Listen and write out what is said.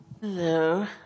hello